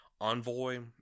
Envoy